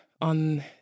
on